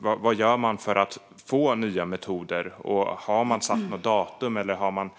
Vad gör man för att få fram nya metoder? Har man satt något datum, eller har man